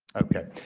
okay,